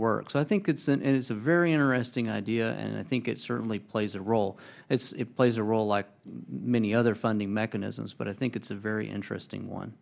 work so i think it's an it's a very interesting idea and i think it certainly plays a role as it plays a role like many other funding mechanisms but i think it's a very interesting one